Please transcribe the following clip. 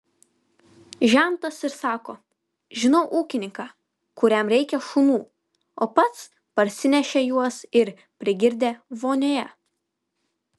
žentas ir sako žinau ūkininką kuriam reikia šunų o pats parsinešė juos ir prigirdė vonioje